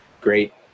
great